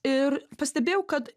ir pastebėjau kad